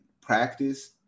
practice